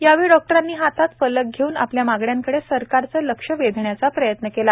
यावेळी डॉक्टरांनी हातात फलक घेऊन आपल्या मागण्यांकडे सरकारचे लक्ष वेधण्याचा प्रयत्न केला